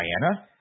Diana